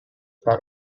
part